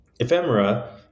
Ephemera